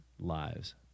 lives